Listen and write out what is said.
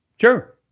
Sure